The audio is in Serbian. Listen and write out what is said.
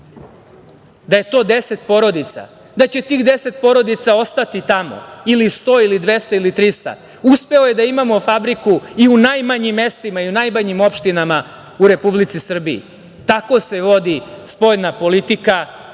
da je to 10 porodica, da će tih 10 porodica ostati tamo ili 100 ili 200 ili 300. Uspeo je da imamo fabriku i u najmanjim mestima, i u najmanjim opštinama u Republici Srbiji. Tako se vodi spoljna politika, tako